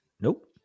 Nope